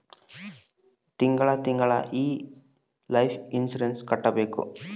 ತಿಂಗಳ ತಿಂಗಳಾ ಈ ಲೈಫ್ ಇನ್ಸೂರೆನ್ಸ್ ಕಟ್ಬೇಕು